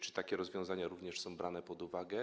Czy takie rozwiązania również są brane pod uwagę?